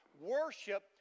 Worship